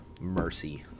mercy